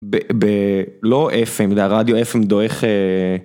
בלא FM, לרדיו FM דועך